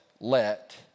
let